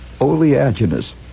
oleaginous